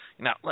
Now